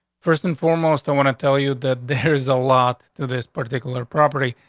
first and foremost, i want to tell you that there's a lot to this particular property,